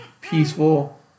peaceful